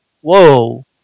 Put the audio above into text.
Whoa